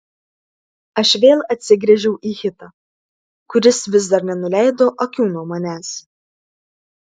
aš vėl atsigręžiau į hitą kuris vis dar nenuleido akių nuo manęs